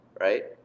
right